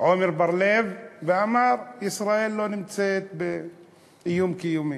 עמר בר-לב ואמר: ישראל לא נמצאת באיום קיומי,